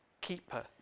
keeper